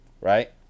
right